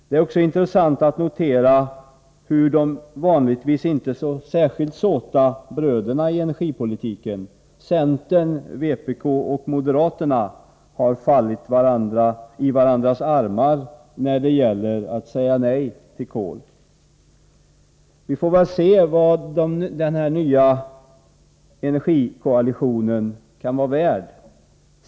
Det är också intressant att notera hur de vanligtvis inte särskilt såta bröderna i energipolitiken centern, vpk och moderaterna har fallit i varandras armar när det gäller att säga nej till kolet. Vi får väl se vad denna nya energikoalition kan vara värd.